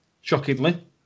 shockingly